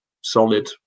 solid